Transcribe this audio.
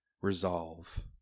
resolve